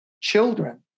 children